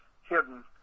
hidden